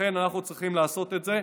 ולכן אנחנו צריכים לעשות את זה.